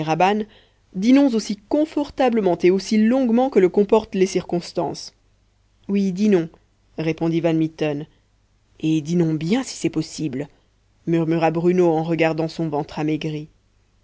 dînons aussi confortablement et aussi longuement que le comportentles circonstances oui dînons répondit van mitten et dînons bien si c'est possible murmura bruno en regardant son ventre amaigri